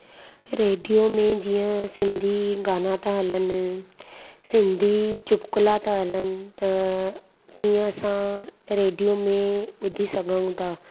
radio में जीअं सिंधी गाना था हलनि सिंधी चुटकला था हलनि त तीअं असां रेडियो में ॿुधी सघूं था